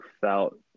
felt